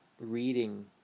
reading